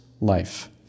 life